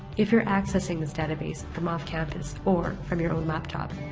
if you're accessing this database from off campus, or from your own laptop,